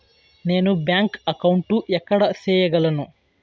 నేను bank account ఎక్కడ సేయగలను